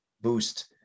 boost